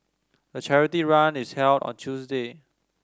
the charity run is held on a Tuesday